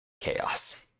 Chaos